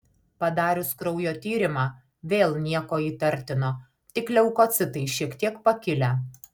padarius kraujo tyrimą vėl nieko įtartino tik leukocitai šiek tiek pakilę